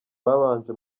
babanje